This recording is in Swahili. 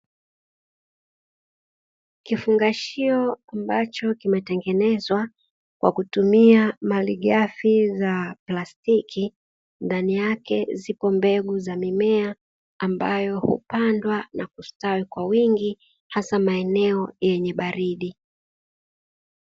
kifungashio ambacho kimetengenezwa kwa kutumia malighafi za plastiki, ndani yake zipo mbegu za mimea ambayo hupandwa na kustawi kwa wingi hasa maeneo yenye ubaridi.